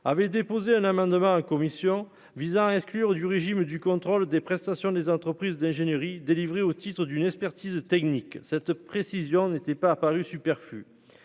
avait déposé un amendement en commission visant à exclure du régime du contrôle des prestations des entreprises d'ingénierie délivrées au titre d'une expertise technique cette précision n'était pas apparu superflu